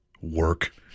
work